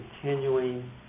continuing